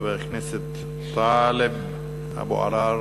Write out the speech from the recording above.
חבר הכנסת טלב אבו עראר,